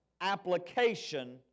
application